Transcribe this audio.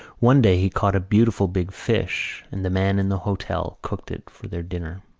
one day he caught a beautiful big fish and the man in the hotel cooked it for their dinner.